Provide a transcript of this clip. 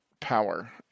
power